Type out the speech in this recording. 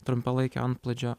trumpalaikio antplūdžio